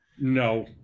No